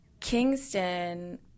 Kingston